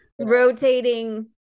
rotating